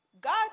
god